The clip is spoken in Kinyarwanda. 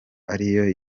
ariyo